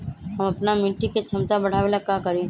हम अपना मिट्टी के झमता बढ़ाबे ला का करी?